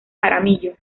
jaramillo